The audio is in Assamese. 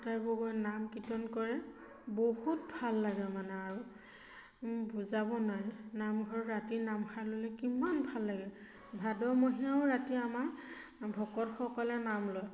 আটাইবোৰ গৈ নাম কীৰ্তন কৰে বহুত ভাল লাগে মানে আৰু বুজাব নোৱাৰি নামঘৰত ৰাতি নামষাৰ ল'লে কিমান ভাল লাগে ভাদমহীয়াও ৰাতি আমাৰ ভকতসকলে নাম লয়